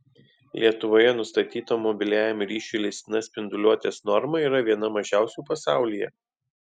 lietuvoje nustatyta mobiliajam ryšiui leistina spinduliuotės norma yra viena mažiausių pasaulyje